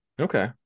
Okay